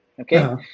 okay